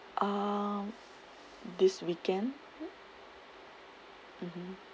um this weekend mmhmm